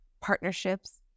partnerships